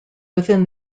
within